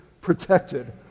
protected